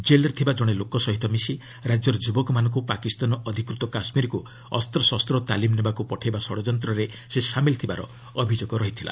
ଜେଲ୍ରେ ଥିବା ଜଣେ ଲୋକ ସହ ମିଶି ରାଜ୍ୟର ଯୁବକମାନଙ୍କୁ ପାକିସ୍ତାନ ଅଧିକୃତ କାଶ୍ମୀରକୁ ଅସ୍ତ୍ରଶସ୍ତ ତାଲିମ ନେବାକୁ ପଠେଇବା ଷଡ଼ଯନ୍ତ୍ରରେ ସେ ସାମିଲ ଥିବାର ଅଭିଯୋଗ ରହିଛି